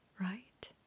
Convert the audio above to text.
right